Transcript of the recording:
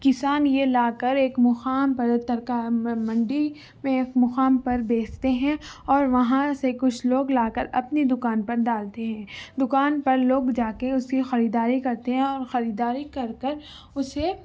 کسان یہ لاکر ایک مقام پر منڈی پہ ایک مقام پر بیچتے ہیں اور وہاں سے کچھ لوگ لاکر اپنی دکان پر ڈالتے ہیں دکان پر لوگ جاکے اسے خریداری کرتے ہیں اور خریداری کر کے اُسے